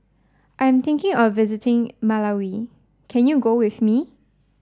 I am thinking of visiting Malawi can you go with me